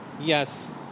yes